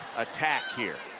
attack here